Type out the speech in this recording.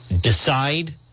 decide